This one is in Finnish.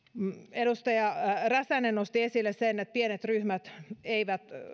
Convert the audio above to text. edustaja räsänen nosti esille sen että pienet ryhmät eivät